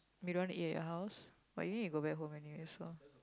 don't want to eat at your house but you need to go back home anyway so